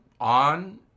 on